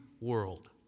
world